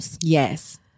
Yes